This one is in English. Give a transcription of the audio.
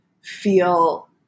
feel